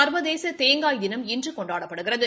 சா்வதேச தேங்காய் தினம் இன்று கொண்டாடப்படுகிறது